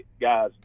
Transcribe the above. guys